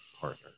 partner